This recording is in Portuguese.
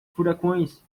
furacões